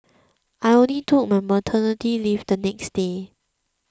I only took my maternity leave the next day